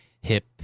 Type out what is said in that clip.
hip